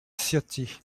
ciotti